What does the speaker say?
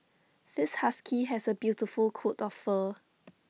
this husky has A beautiful coat of fur